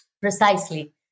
Precisely